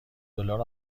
دلار